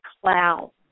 cloud